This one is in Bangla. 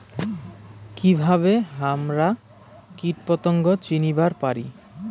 কিভাবে হামরা কীটপতঙ্গ চিনিবার পারি?